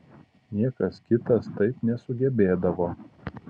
niekas kitas taip nesugebėdavo